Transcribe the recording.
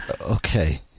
Okay